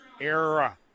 era